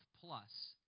plus